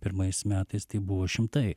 pirmais metais tai buvo šimtai